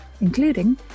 including